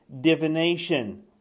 divination